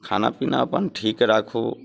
खानापीना अपन ठीक राखू